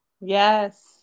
Yes